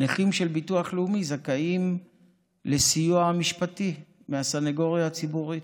נכים של ביטוח לאומי זכאים לסיוע משפטי מהסנגוריה הציבורית.